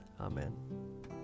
Amen